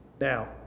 Now